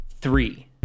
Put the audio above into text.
three